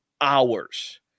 hours